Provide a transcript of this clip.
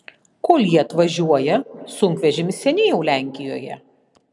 kol jie atvažiuoja sunkvežimis seniai jau lenkijoje